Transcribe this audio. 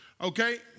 okay